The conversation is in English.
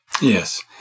Yes